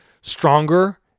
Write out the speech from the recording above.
stronger